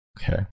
Okay